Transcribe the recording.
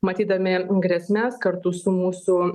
matydami grėsmes kartu su mūsų